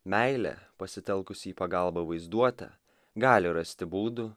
meilė pasitelkusi į pagalbą vaizduotę gali rasti būdų